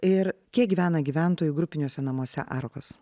ir kiek gyvena gyventojų grupiniuose namuose arkos